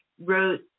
wrote